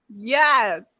Yes